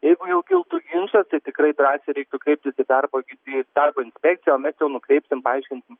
jeigu jau kiltų ginčas tai tikrai drąsiai reiktų kreiptis į darbo į darbo inspekciją o mes jau nukreipsim paaiškinsim